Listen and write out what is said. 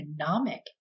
economic